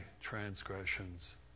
transgressions